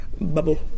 bubble